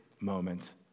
Moment